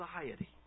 society